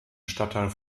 stadtteil